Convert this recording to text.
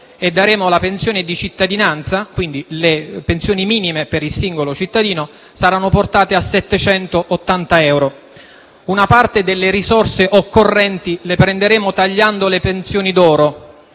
e daremo la pensione di cittadinanza. Quindi, le pensioni minime per il singolo cittadino saranno portate a 780 euro. Una parte delle risorse occorrenti le prenderemo tagliando le pensioni d'oro,